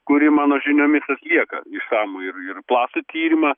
kuri mano žiniomis atlieka išsamų ir ir platų tyrimą